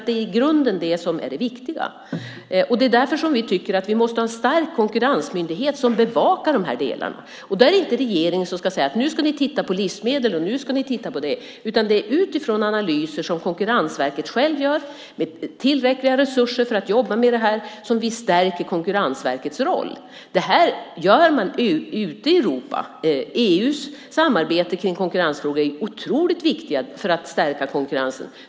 Det är i grunden det som är det viktiga. Det är därför som vi tycker att vi måste ha en stark konkurrensmyndighet som bevakar de här delarna. Det är inte regeringen som ska säga att nu ska ni titta på livsmedel och nu ska ni titta på det, utan det är utifrån analyser som Konkurrensverket självt gör, med tillräckliga resurser för att jobba med det här, som vi stärker Konkurrensverkets roll. Det här gör man ute i Europa. EU:s samarbete kring konkurrensfrågor är otroligt viktigt för att stärka konkurrensen.